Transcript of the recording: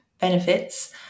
benefits